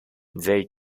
they